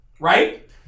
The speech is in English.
Right